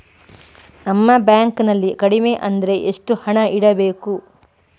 ನಮ್ಮ ಬ್ಯಾಂಕ್ ನಲ್ಲಿ ಕಡಿಮೆ ಅಂದ್ರೆ ಎಷ್ಟು ಹಣ ಇಡಬೇಕು?